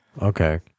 okay